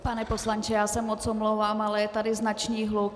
Pane poslanče, já se moc omlouvám, ale je tady značný hluk.